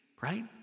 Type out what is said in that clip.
right